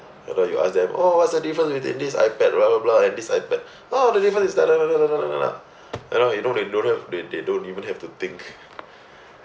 whether you ask them oh what's the difference between this iPad blah blah blah and this ipad oh the difference is you know they don't they don't have they they don't even have to think